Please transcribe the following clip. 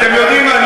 אתם יודעים מה?